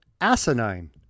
asinine